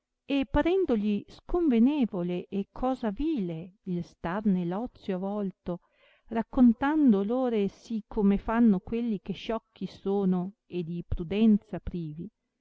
e parendogli sconvenevole e cosa vile il starne l ozio avolto raccontando loro sì come fanno quelli che sciocchi sono e di prudenza privi